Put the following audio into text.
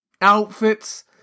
outfits